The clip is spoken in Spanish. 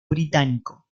británico